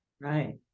Right